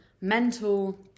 mental